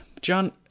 John